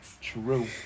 true